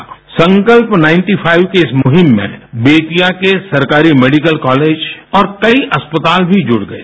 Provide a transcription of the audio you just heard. संकल्प ninety five की इस मुहिम में बेतिया के सरकारी मेडिकल कालेज और कई अस्पताल भी जुड़ गये